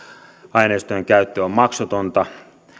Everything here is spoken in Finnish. aineistojen käyttö on maksutonta